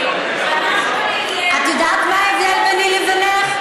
ואנחנו נהיה פה, את יודעת מה ההבדל ביני לבינך?